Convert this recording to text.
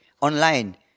online